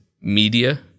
media